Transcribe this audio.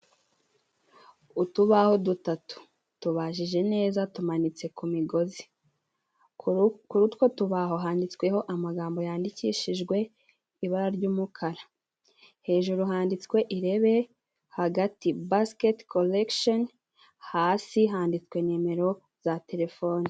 Utubaho dutatu tubajije neza tumanitse ku migozi, utwo tubaho handitsweho amagambo yandikishijwe ibara ry'umukara, hejuru handitswe irebe hagati basiket koregisheni, hasi handitsweho nimero za telefoni.